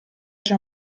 già